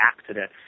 accident